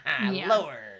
lower